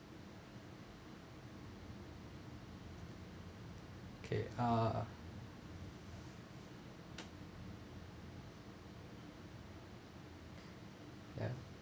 okay uh ya